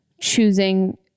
choosing